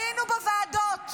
היינו בוועדות,